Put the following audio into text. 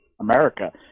America